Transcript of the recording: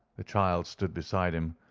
the child stood beside him,